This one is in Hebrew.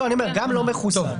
גם לא מחוסנים.